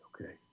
Okay